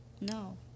No